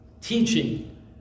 Teaching